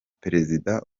perezida